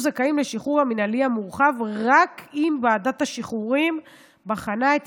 זכאים לשחרור המינהלי המורחב רק אם ועדת השחרורים בחנה את